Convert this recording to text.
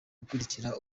gukurikira